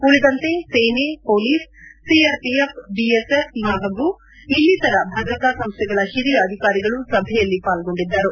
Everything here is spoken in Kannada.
ಉಳಿದಂತೆ ಸೇನೆ ಷೊಲೀಸ್ ಸಿಆರ್ಒಎಫ್ ಬಿಎಸ್ಎಫ್ ಹಾಗೂ ಇನ್ನಿತರ ಭದ್ರತಾ ಸಂಸ್ಥೆಗಳ ಹಿರಿಯ ಅಧಿಕಾರಿಗಳು ಸಭೆಯಲ್ಲಿ ಪಾಲ್ಗೊಂಡಿದ್ದರು